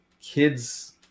kids